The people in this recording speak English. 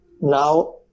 Now